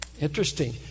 Interesting